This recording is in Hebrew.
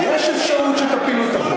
יש אפשרות שתפילו את החוק.